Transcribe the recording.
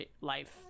life